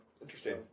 Interesting